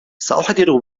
سأحضر